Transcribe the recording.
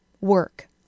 work